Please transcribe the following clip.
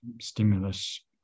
stimulus